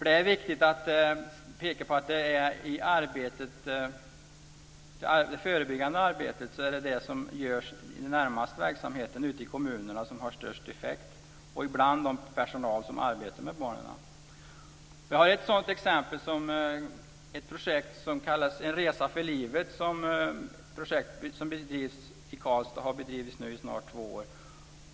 Det är viktigt att peka på att det är det förebyggande arbete som sker närmast verksamheterna ute i kommunerna, bland den personal som arbetar med barnen, som har störst effekt. Ett sådant exempel är projektet En resa för livet, som har bedrivits i Karlstad i snart två år.